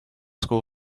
school